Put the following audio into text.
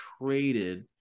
traded